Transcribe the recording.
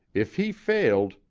if he failed,